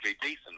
decent